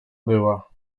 była